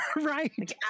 Right